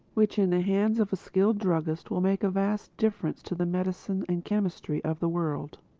which in the hands of skilled druggists will make a vast difference to the medicine and chemistry of the world.